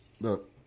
look